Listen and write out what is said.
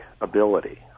ability